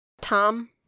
Tom